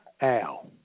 Al